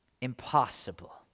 impossible